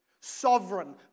sovereign